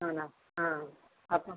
ആണോ ആ അപ്പം